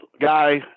guy